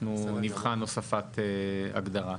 אנחנו נבחן הוספת הגדרה.